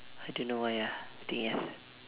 I don't know why ah I think yes